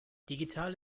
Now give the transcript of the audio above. digital